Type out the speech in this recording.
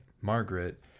Margaret